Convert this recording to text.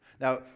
Now